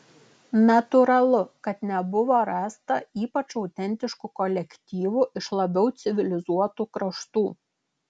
natūralu kad nebuvo rasta ypač autentiškų kolektyvų iš labiau civilizuotų kraštų